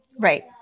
Right